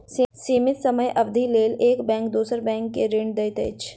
सीमित समय अवधिक लेल एक बैंक दोसर बैंक के ऋण दैत अछि